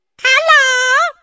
Hello